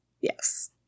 Yes